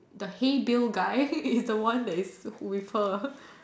the hey bill guy is the one that is with her